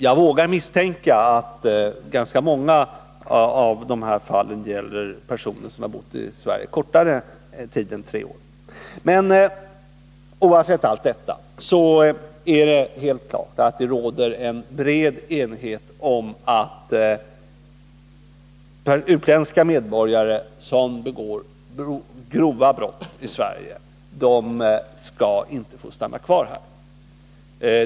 Jag vågar misstänka att Nr 35 ganska många av de här fallen gäller personer som har bott i Sverige kortare tid än tre år. Men oavsett allt detta är det helt klart att det råder en bred enighet om att utländska medborgare som begår grova brott i Sverige inte skall få stanna kvar här.